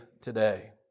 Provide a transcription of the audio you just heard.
today